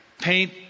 paint